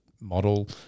model